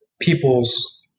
people's